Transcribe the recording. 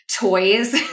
toys